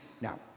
Now